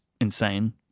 insane